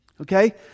Okay